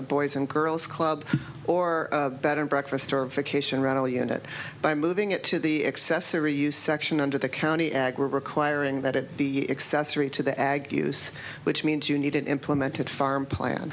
a boys and girls club or better breakfast or vacation rental unit by moving it to the accessory you section under the county egg we're requiring that it be accessory to the ag use which means you need an implemented farm plan